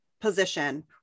position